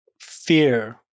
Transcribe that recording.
fear